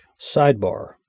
Sidebar